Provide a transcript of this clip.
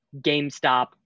GameStop